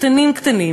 קטנים קטנים?